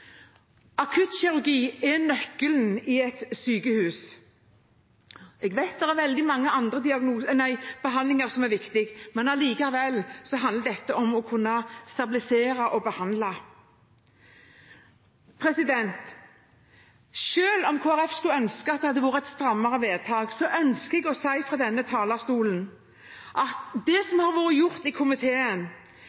Akuttkirurgi er nøkkelen på et sykehus. Jeg vet det er veldig mange andre behandlinger som er viktige, men likevel handler dette om å kunne stabilisere og behandle. Selv om Kristelig Folkeparti skulle ønske at det hadde vært et strammere vedtak, ønsker jeg å si fra denne talerstolen at det